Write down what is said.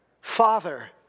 father